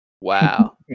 Wow